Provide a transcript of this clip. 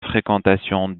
fréquentation